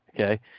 Okay